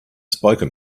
spoken